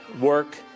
work